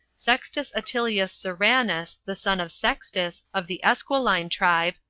sextus atilius serranus, the son of sextus, of the esquiline tribe,